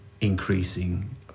increasing